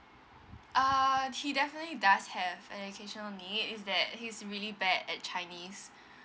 err he definitely does have educational need is that he's really bad at chinese